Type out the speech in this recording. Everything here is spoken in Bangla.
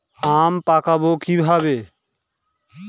আম পাকাবো কিভাবে?